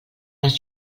les